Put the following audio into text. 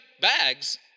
Bags